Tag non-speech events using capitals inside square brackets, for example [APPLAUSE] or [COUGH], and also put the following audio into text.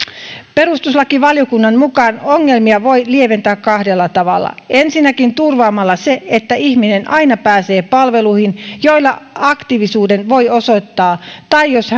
perustuslakivaliokunnan mukaan ongelmia voi lieventää kahdella tavalla ensinnäkin turvaamalla sen että ihminen aina pääsee palveluihin joilla aktiivisuuden voi osoittaa tai jos [UNINTELLIGIBLE]